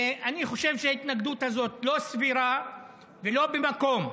אני חושב שההתנגדות הזאת לא סבירה ולא במקום.